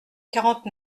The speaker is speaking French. quarante